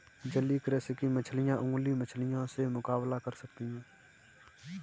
जलीय कृषि की मछलियां जंगली मछलियों से मुकाबला कर सकती हैं